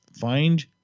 Find